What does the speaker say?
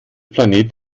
planet